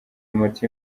moto